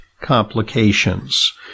complications